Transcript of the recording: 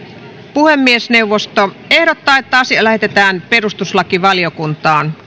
puhemiesneuvosto ehdottaa että asia lähetetään perustuslakivaliokuntaan